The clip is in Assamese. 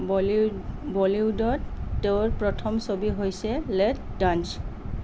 বলীউড বলীউডত তেওঁৰ প্ৰথম ছবি হৈছে লেট ডান্স